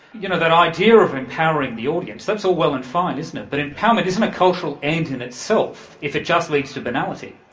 you know that idea of empowering the audience, that's all well and fine isn't it, but empowerment isn't a cultural end in itself if it just leads to banality.